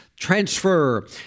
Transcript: transfer